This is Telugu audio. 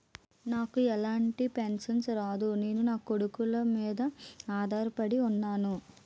నాకు ఎలాంటి పెన్షన్ రాదు నేను నాకొడుకుల మీద ఆధార్ పడి ఉన్నాను